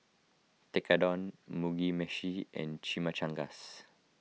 Tekkadon Mugi Meshi and Chimichangas